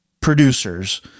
producers